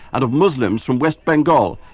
and of muslims from west bengal,